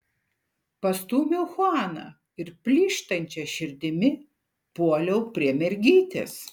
pastūmiau chuaną ir plyštančia širdimi puoliau prie mergytės